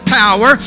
power